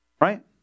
Right